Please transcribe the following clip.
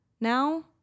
now